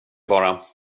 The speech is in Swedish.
bara